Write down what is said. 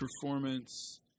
performance